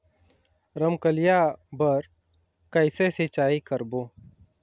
रमकलिया बर कइसे सिचाई करबो?